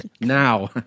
now